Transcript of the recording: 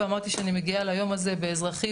ואמרתי שאני מגיעה ליום הזה באזרחי,